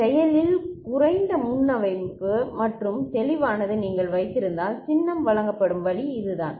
செயலில் குறைந்த முன்னமைவு மற்றும் தெளிவானது நீங்கள் வைத்திருந்தால் சின்னம் வழங்கப்படும் வழி இதுதான்